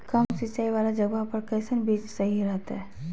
कम सिंचाई वाला जगहवा पर कैसन बीज सही रहते?